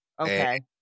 Okay